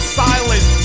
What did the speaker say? silence